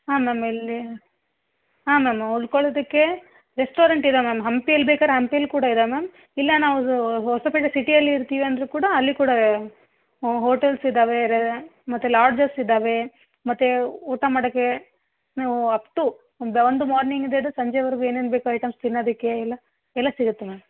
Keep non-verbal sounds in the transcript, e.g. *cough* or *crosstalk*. ಹಾಂ ಮ್ಯಾಮ್ ಇಲ್ಲಿ ಹಾಂ ಮ್ಯಾಮ್ ಉಳ್ಕೊಳೊದಕ್ಕೆ ರೆಸ್ಟೋರೆಂಟ್ ಇದೆ ಮ್ಯಾಮ್ ಹಂಪಿಯಲ್ಲಿ ಬೇಕಾರೆ ಹಂಪಿಯಲ್ಲಿ ಕೂಡ ಇದೆ ಮ್ಯಾಮ್ ಇಲ್ಲ ನಾವು ಹೊಸಪೇಟೆ ಸಿಟಿಯಲ್ಲಿ ಇರ್ತೀವಿ ಅಂದರೂ ಕೂಡ ಅಲ್ಲಿ ಕೂಡ ಹೋಟೆಲ್ಸ್ ಇದ್ದಾವೆ ಮತ್ತು ಲಾಡ್ಜಸ್ ಇದ್ದಾವೆ ಮತ್ತು ಊಟ ಮಾಡಕ್ಕೆ ನೀವು ಅಪ್ಟು *unintelligible* ಒಂದು ಮಾರ್ನಿಂಗಿಂದ ಹಿಡ್ದ್ ಸಂಜೆವರೆಗೂ ಏನೇನು ಬೇಕು ಐಟಮ್ಸ್ ತಿನ್ನೋದಿಕ್ಕೆ ಎಲ್ಲ ಎಲ್ಲ ಸಿಗುತ್ತೆ ಮ್ಯಾಮ್